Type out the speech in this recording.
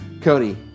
Cody